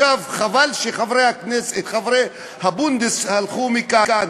חבל שחברי הבונדסראט הלכו מכאן,